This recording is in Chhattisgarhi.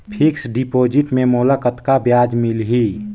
फिक्स्ड डिपॉजिट मे मोला कतका ब्याज मिलही?